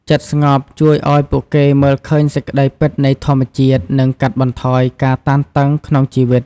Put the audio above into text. ចិត្តស្ងប់ជួយឱ្យពួកគេមើលឃើញសេចក្តីពិតនៃធម្មជាតិ និងកាត់បន្ថយការតានតឹងក្នុងជីវិត។